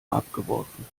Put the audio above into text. abgeworfen